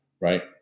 Right